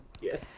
Yes